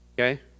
Okay